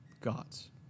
gods